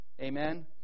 Amen